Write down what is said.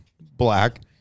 Black